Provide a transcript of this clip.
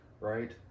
right